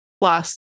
plus